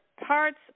Parts